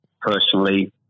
personally